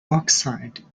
oxide